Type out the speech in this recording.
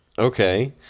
okay